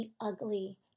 ugly